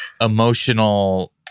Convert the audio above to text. emotional